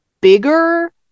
Bigger